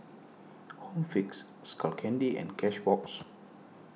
Home Fix Skull Candy and Cashbox